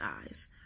eyes